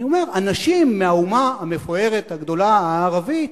אני אומר, אנשים מהאומה המפוארת הגדולה הערבית,